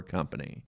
Company